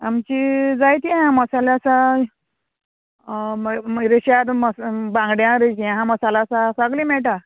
आमची जायती हां मसाले आसा मागीर रेश्या बांगड्यां रेशी हां मसालो आसा सगलीं मेळटा